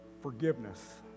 forgiveness